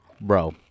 bro